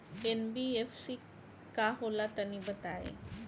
NBFC का होला तनि बताई?